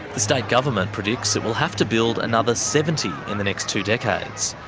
the state government predicts it will have to build another seventy in the next two decades.